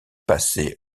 passé